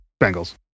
Bengals